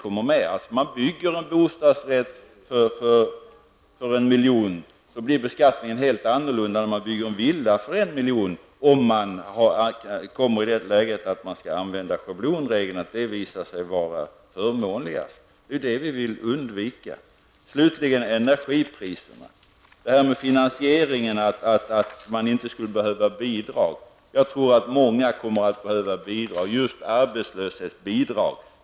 Om man bygger en bostadsrätt för 1 miljon blir beskattningen helt annorlunda än om man bygger en villa för 1 miljon om det visar sig att schablonregeln är förmånligare. Detta vill vi undvika. Avslutningsvis vill jag ta upp energipriserna. Det sades beträffande finansieringen att man inte skulle behöva bidrag. Jag tror att många kommer att behöva bidrag, framför allt arbetslöshetsbidrag.